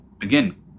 again